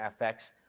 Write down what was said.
FX